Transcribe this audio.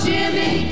Jimmy